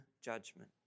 judgment